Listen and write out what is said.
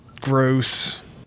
gross